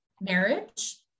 marriage